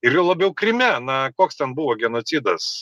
ir juo labiau kryme na koks ten buvo genocidas